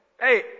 Hey